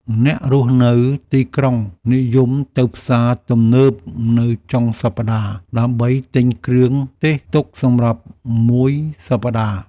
អ្នករស់នៅទីក្រុងនិយមទៅផ្សារទំនើបនៅចុងសប្តាហ៍ដើម្បីទិញគ្រឿងទេសទុកសម្រាប់មួយសប្តាហ៍។